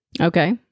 Okay